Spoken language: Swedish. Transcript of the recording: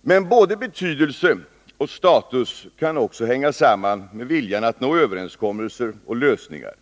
Men både betydelse och status kan också hänga samman med viljan att nå överenskommelser och lösningar.